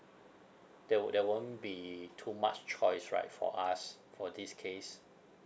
there wo~ there won't be too much choice right for us for this case